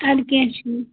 اَدٕ کیٚنٛہہ چھُنہٕ